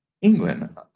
England